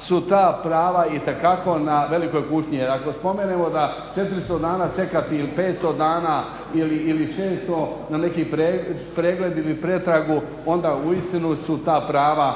su ta prava itekako na velikoj kušnji jer ako spomenemo da 400 dana čekati ili 500 ili 600 na neki pregleda ili pretragu onda uistinu su ta prava